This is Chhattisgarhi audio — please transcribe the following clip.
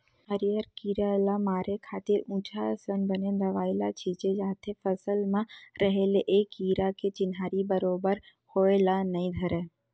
हरियर कीरा ल मारे खातिर उचहाँ असन बने दवई ल छींचे जाथे फसल म रहें ले ए कीरा के चिन्हारी बरोबर होय ल नइ धरय